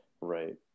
Right